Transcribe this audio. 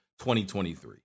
2023